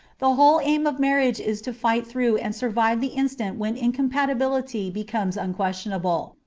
the whole aim of marriage is to fight through and survive the instant when incom patibility becomes unquestionable.